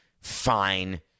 fine